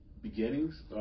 beginnings